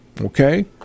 Okay